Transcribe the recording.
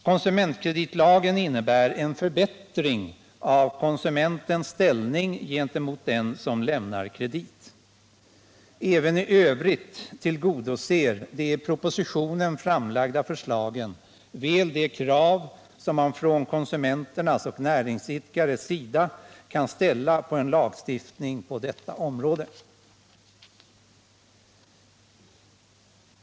Konsumentkreditlagen innebär en förbättring av konsumentens ställning gentemot den som lämnar kredit. Även i övrigt tillgodoser de i propositionen framlagda förslagen väl de krav som man från konsumenters och näringsidkares sida kan ställa på en lagstiftning på detta område.